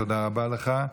תודה רבה לך,